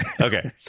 Okay